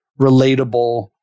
relatable